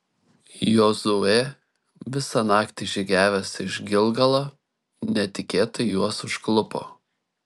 jozuė visą naktį žygiavęs iš gilgalo netikėtai juos užklupo